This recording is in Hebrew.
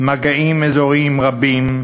מגעים אזוריים רבים.